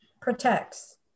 Protects